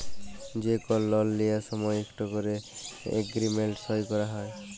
যে কল লল লিয়ার সময় ইকট ক্যরে এগ্রিমেল্ট সই ক্যরা হ্যয়